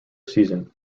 season